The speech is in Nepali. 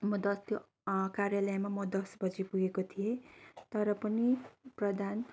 म द त्यो कार्यालयमा म दस बजी पुगेको थिएँ तर पनि प्रधान